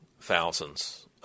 thousands